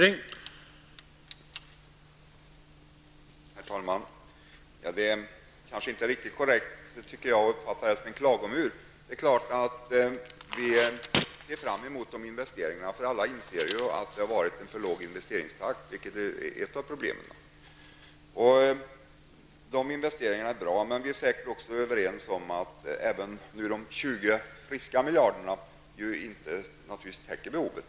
Herr talman! Det är kanske inte riktigt korrekt att tala om en klagomur. Givetvis ser vi fram emot investeringarna. Alla inser ju att det har varit en för låg investeringstakt, vilket är ett av problemen. Investeringarna är bra, och vi är säkert också överens om att de 20 friska miljarderna inte täcker behovet.